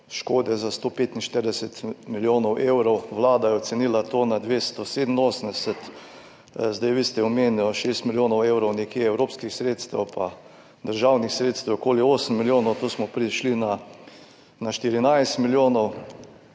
škode za 145 milijonov evrov, vlada je ocenila to na 287 milijonov. Vi ste omenili nekje 6 milijonov evrov evropskih sredstev pa državnih sredstev okoli 8 milijonov. Tu smo prišli na 14 milijonov.